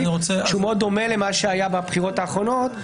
שמאוד דומה למה שהיה בבחירות האחרונות,